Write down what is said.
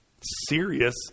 Serious